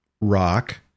rock